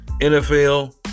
NFL